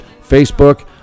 facebook